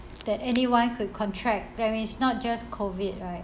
that anyone could contract there is not just COVID right